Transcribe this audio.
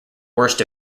worst